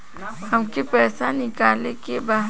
हमके पैसा निकाले के बा